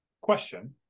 Question